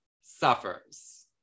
suffers